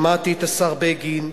שמעתי את השר בגין,